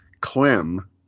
Clem